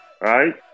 right